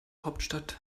hauptstadt